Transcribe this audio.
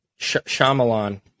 Shyamalan